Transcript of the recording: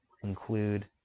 conclude